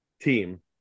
team